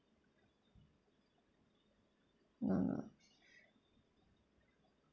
no no